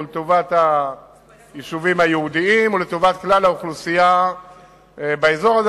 הוא לטובת היישובים היהודיים והוא לטובת כלל האוכלוסייה באזור הזה,